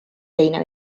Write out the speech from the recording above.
teine